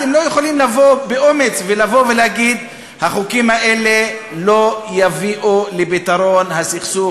אתם לא יכולים לבוא באומץ ולהגיד שהחוקים האלה לא יביאו לפתרון הסכסוך,